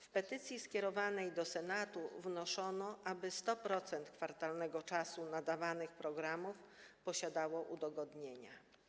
W petycji skierowanej do Senatu wnoszono, aby 100% kwartalnego czasu nadawanych programów posiadało takie udogodnienia.